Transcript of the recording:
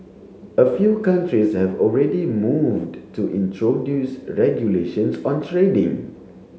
a few countries have already moved to introduce regulations on trading